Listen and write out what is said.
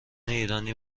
ایرانی